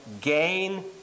gain